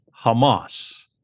Hamas